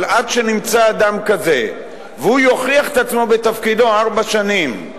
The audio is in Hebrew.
אבל עד שנמצא אדם כזה והוא יוכיח את עצמו בתפקידו ארבע שנים,